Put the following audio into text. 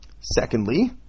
Secondly